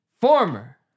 Former